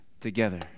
together